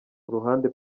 uruhande